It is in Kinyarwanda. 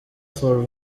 for